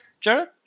Jared